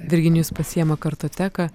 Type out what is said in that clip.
virginijus pasiėma kartoteką